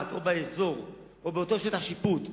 במובלעת או באזור או באותו שטח שיפוט בחדרה,